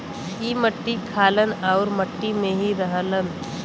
ई मट्टी खालन आउर मट्टी में ही रहलन